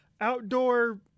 outdoor